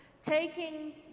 Taking